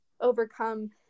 overcome